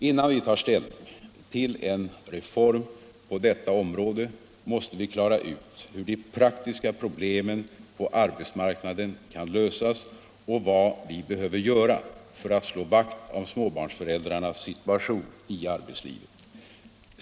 Innan vi tar ställning till en reform på detta område måste vi klara ut hur de praktiska problemen på arbetsmarknaden kan lösas och vad vi behöver göra för att slå vakt om småbarnsföräldrarnas situation i arbetslivet.